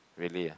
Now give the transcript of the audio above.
really ah